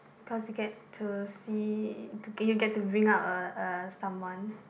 cause you get to see you get to bring up uh uh someone